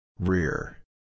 Rear